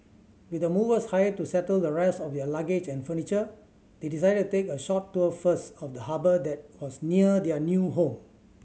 with the movers hired to settle the rest of their luggage and furniture they decided to take a short tour first of the harbour that was near their new home